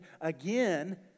again